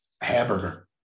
Hamburger